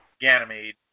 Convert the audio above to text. Ganymede